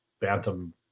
bantam